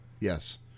Yes